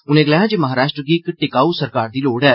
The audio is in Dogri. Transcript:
उनें गलाया जे महाराष्ट्र गी इक टिकाऊ सरकार दी लोड़ ऐ